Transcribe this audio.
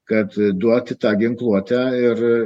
kad duoti tą ginkluotę ir